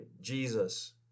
Jesus